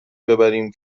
ببریم